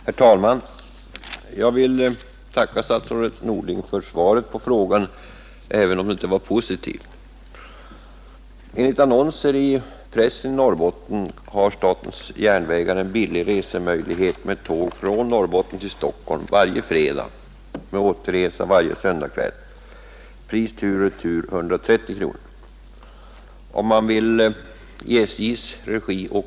Herr talman! Jag vill tacka statsrådet Norling för svaret på frågan, även om det inte var positivt.